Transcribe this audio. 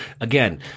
Again